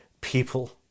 people